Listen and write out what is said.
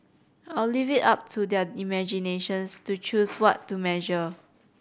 I'll leave it up to their imaginations to choose what to measure